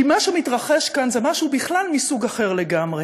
כי מה שמתרחש כאן זה בכלל משהו מסוג אחר לגמרי,